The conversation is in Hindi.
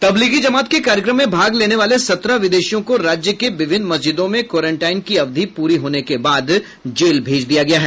तबलीगी जमात के कार्यक्रम में भाग लेने वाले सत्रह विदेशियों को राज्य के विभिन्न मस्जिदों में क्वारेंटाइन की अवधि पूरे होने के बाद जेल भेज दिया गया है